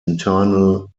internal